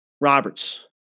Roberts